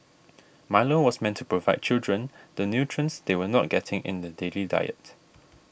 Milo was meant to provide children the nutrients they were not getting in the daily diet